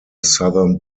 southern